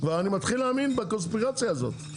ואני מתחיל להאמין בקונספירציה הזאת.